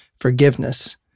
forgiveness